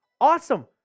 awesome